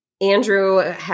Andrew